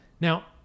now